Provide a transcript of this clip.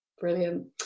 Brilliant